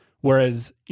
whereas